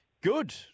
Good